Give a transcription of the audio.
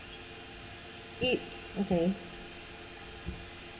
if okay